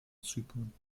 zypern